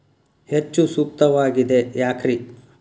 ಹೆಚ್ಚು ಸೂಕ್ತವಾಗಿದೆ ಯಾಕ್ರಿ?